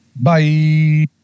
Bye